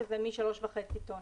שזה מ-3.5 טון.